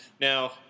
Now